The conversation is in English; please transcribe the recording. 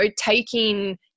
taking